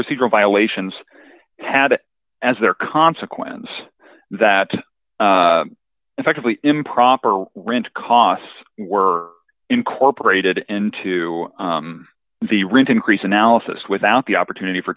procedural violations had as their consequence that effectively improper rent costs were incorporated into the rent increase analysis without the opportunity for